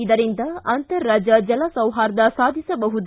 ಇದರಿಂದ ಅಂತಾರಾಜ್ಯ ಜಲಸೌಹಾರ್ಧ ಸಾಧಿಸಬಹುದು